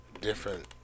different